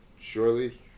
surely